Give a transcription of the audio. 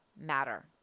matter